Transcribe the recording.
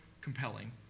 compelling